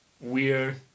weird